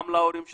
גם להורים שלהם,